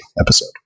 episode